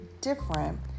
different